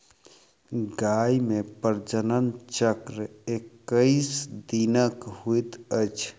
गाय मे प्रजनन चक्र एक्कैस दिनक होइत अछि